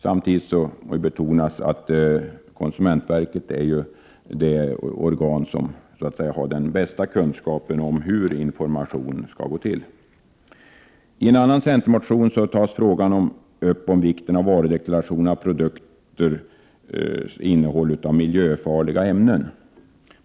Samtidigt vill jag betona att konsumentverket är det organ som har den bästa kunskapen om hur information skall lämnas. I en annan centermotion tas frågan upp om vikten av varudeklaration om produkter som innehåller miljöfarliga ämnen.